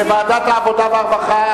עבודה ורווחה.